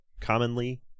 commonly